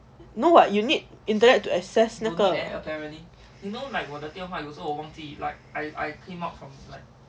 no what you need internet to assess 那个